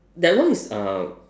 that one is uh